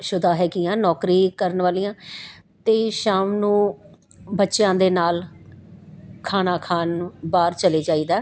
ਸ਼ੁਦਾ ਹੈਗੀ ਹਾਂ ਨੌਕਰੀ ਕਰਨ ਵਾਲੀ ਹਾਂ ਅਤੇ ਸ਼ਾਮ ਨੂੰ ਬੱਚਿਆਂ ਦੇ ਨਾਲ ਖਾਣਾ ਖਾਣ ਬਾਹਰ ਚਲੇ ਜਾਈਦਾ